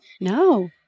no